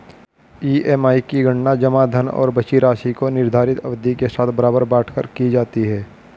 EMI की गणना जमा धन और बची राशि को निर्धारित अवधि के साथ बराबर बाँट कर की जाती है